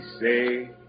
say